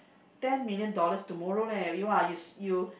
ten million dollars tomorrow leh you are used you